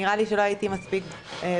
נראה לי שלא הייתי מספיק בהירה.